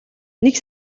нэг